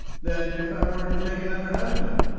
than if i were to take another husband.